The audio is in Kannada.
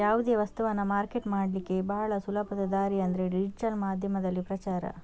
ಯಾವುದೇ ವಸ್ತವನ್ನ ಮಾರ್ಕೆಟ್ ಮಾಡ್ಲಿಕ್ಕೆ ಭಾಳ ಸುಲಭದ ದಾರಿ ಅಂದ್ರೆ ಡಿಜಿಟಲ್ ಮಾಧ್ಯಮದಲ್ಲಿ ಪ್ರಚಾರ